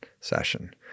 session